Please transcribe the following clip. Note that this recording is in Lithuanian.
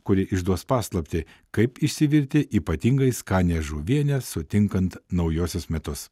kuri išduos paslaptį kaip išsivirti ypatingai skanią žuvienę sutinkant naujuosius metus